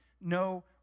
no